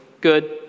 good